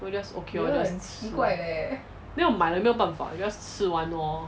then 我 lor just 吃 then 我买了没有办法 just 吃完 lor